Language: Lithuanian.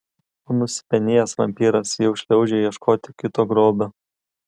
o nusipenėjęs vampyras jau šliaužia ieškoti kito grobio